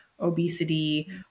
obesity